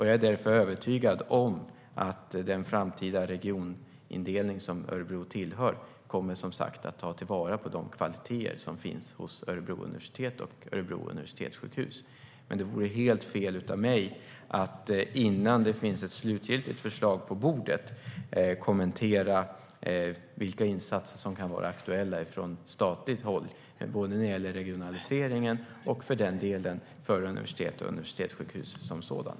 Jag är därför övertygad om att den framtida regionindelning som Örebro tillhör kommer att ta vara på de kvaliteter som finns hos Örebro universitet och Örebro universitetssjukhus. Men det vore helt fel av mig att innan det finns ett slutgiltigt förslag på bordet kommentera vilka insatser som kan vara aktuella från statligt håll när det gäller både regionaliseringen och för den delen för universitet och universitetssjukhus som sådana.